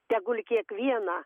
tegul kiekvieną